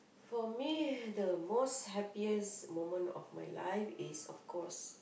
for me the most happiest moment of my life is of course